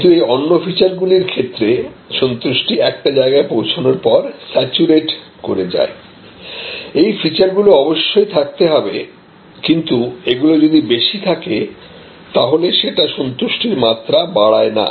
কিন্তু এই অন্য ফিচার গুলির ক্ষেত্রে সন্তুষ্টি একটা জায়গায় পৌঁছনোর পর সেচুরেট করে যায় এই ফিচারগুলো অবশ্যই থাকতে হবে কিন্তু এগুলি যদি বেশি থাকে তাহলে সেটা সন্তুষ্টির মাত্রা বাড়ায় না